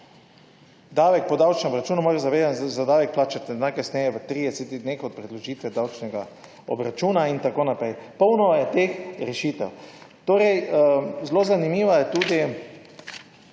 Davek po davčnem obračunu morajo zavezanci za davek plačati najkasneje v 30 dneh od predložitve davčnega obračuna in tako naprej. Polno je teh rešitev. Zelo zanimiv je tudi